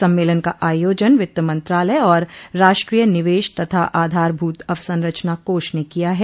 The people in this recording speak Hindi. सम्मेलन का आयोजन वित्त मंत्रालय और राष्ट्रीय निवेश तथा आधारभूत अवसंरचना कोष ने किया है